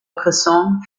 cresson